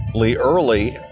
early